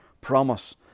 promise